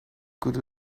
good